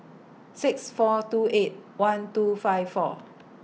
six four two eight one two five four